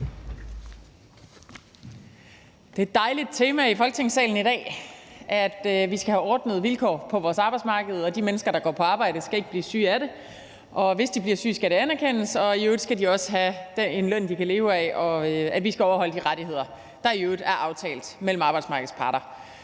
Det er et dejligt tema i Folketingssalen i dag, nemlig at vi skal have ordnede vilkår på vores arbejdsmarked, og at de mennesker, der går på arbejde, ikke skal blive syge af det, og hvis de bliver syge, skal det anerkendes, og i øvrigt skal de også have en løn, de kan leve af, og vi skal overholde de rettigheder, der i øvrigt er aftalt mellem arbejdsmarkedets parter.